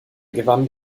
gewannen